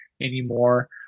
anymore